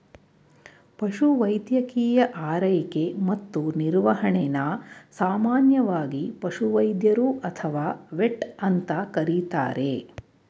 ಪಶುವೈದ್ಯಕೀಯ ಆರೈಕೆ ಮತ್ತು ನಿರ್ವಹಣೆನ ಸಾಮಾನ್ಯವಾಗಿ ಪಶುವೈದ್ಯರು ಅಥವಾ ವೆಟ್ ಅಂತ ಕರೀತಾರೆ